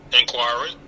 inquiry